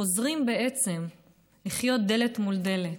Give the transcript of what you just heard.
חוזרים בעצם לחיות דלת מול דלת,